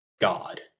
God